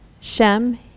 Shem